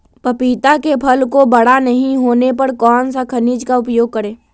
पपीता के फल को बड़ा नहीं होने पर कौन सा खनिज का उपयोग करें?